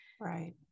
Right